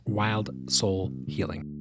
wildsoulhealing